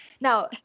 Now-